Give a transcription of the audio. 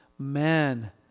man